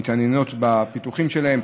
מתעניינות בפיתוחים שלהם.